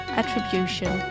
attribution